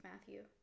Matthew